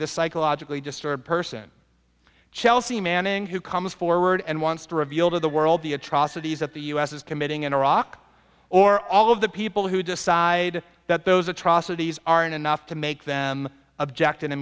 the psychologically disturbed person chelsea manning who comes forward and wants to reveal to the world the atrocities that the u s is committing in iraq or all of the people who decide that those atrocities are enough to make them object